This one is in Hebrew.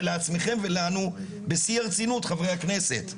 לעצמיכם ולנו חברי הכנסת,